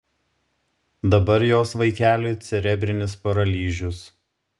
dabar jos vaikeliui cerebrinis paralyžius